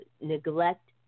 neglect